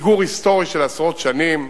פיגור היסטורי של עשרות שנים,